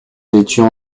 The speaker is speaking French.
étions